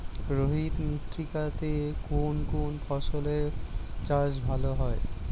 লোহিত মৃত্তিকা তে কোন কোন ফসলের চাষ ভালো হয়?